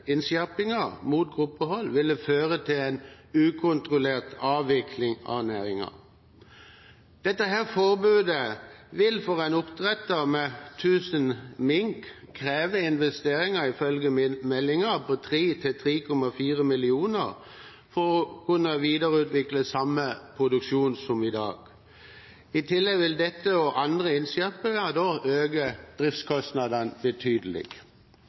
innskjerpinger mot gruppehold, ville føre til en ukontrollert avvikling av næringen. Dette forbudet vil ifølge meldingen for en oppdretter med 1 000 mink kreve investeringer på 3–3,4 mill. kr for å kunne videreføre samme produksjon som i dag. I tillegg vil dette og andre innskjerpinger øke driftskostnadene betydelig.